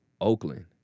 Oakland